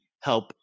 help